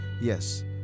yes